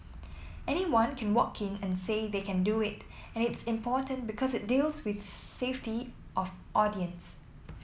anyone can walk in and say they can do it and it's important because it deals with safety of audience